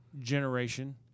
generation